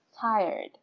tired